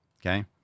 okay